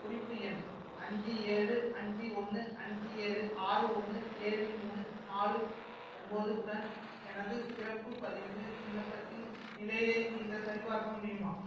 குறிப்பு எண் அஞ்சு ஏழு அஞ்சு ஒன்று அஞ்சு ஏழு ஆறு ஒன்று ஏழு மூணு நாலு ஒன்போது உடன் எனது பிறப்பு பதிவு விண்ணப்பத்தின் நிலையை நீங்கள் சரிபார்க்க முடியுமா